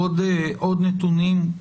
וראש עיריית גבעתיים,